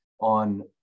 on